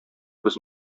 без